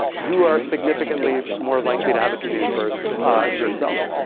you are significantly more likely to have a teenage birth yourself.